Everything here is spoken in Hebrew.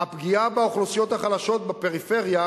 הפגיעה באוכלוסיות החלשות בפריפריה